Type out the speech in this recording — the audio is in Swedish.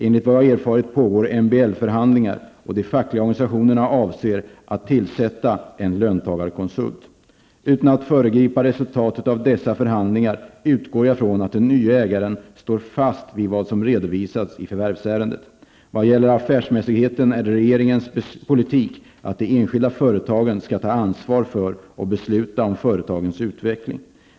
Enligt vad jag erfarit pågår MBL-förhandlingar, och de fackliga organisationerna avser att tillsätta en löntagarkonsult. Utan att föregripa resultatet av dessa förhandlingar utgår jag från att den nya ägaren står fast vid vad som redovisats i förvärvsärendet. Vad gäller affärsmässigheten är det regeringens politik att de enskilda företagen skall ta ansvar för och besluta om företagens utveckling.